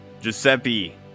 Giuseppe